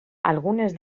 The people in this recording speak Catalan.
algunes